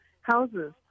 houses